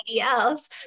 else